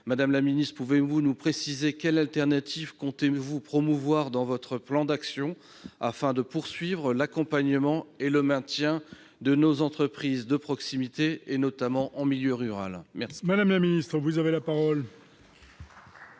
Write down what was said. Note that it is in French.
Madame la ministre, pouvez-vous nous préciser quelle solution vous comptez promouvoir dans votre plan d'action, afin de poursuivre l'accompagnement et le maintien de nos entreprises de proximité, notamment en milieu rural ?